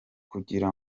kugira